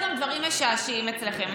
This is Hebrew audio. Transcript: יש גם דברים משעשעים אצלכם,